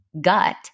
gut